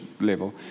level